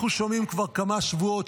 אנחנו שומעים כבר כמה שבועות,